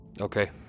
Okay